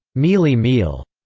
mealie meal,